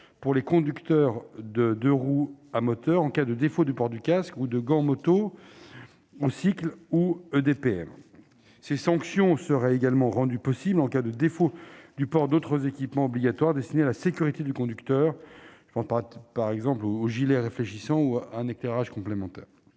pour les conducteurs de deux-roues à moteur, en cas de défaut du port du casque ou de gants moto, aux cycles et EDPM. Ces sanctions seraient également rendues possibles en cas de défaut du port d'autres équipements obligatoires destinés à la sécurité du conducteur, comme le gilet réfléchissant ou un éclairage complémentaire.